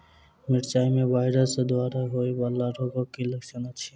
मिरचाई मे वायरस द्वारा होइ वला रोगक की लक्षण अछि?